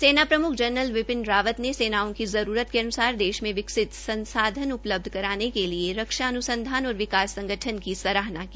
सेनाप्रमुख general Bipin Rawat ने सेनाओं की जरूरत अन्रसार देश मे विकसित संसाधन उपलब्ध कराने के लिए रक्षा अनुसंधान और विकास संगठन की सराहना की